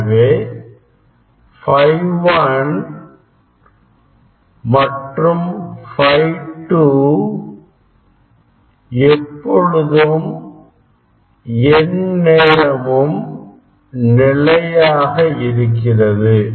எனவே∅1 மற்றும் ∅2 எப்பொழுதும் எந்நேரமும் நிலையாக இருக்கிறது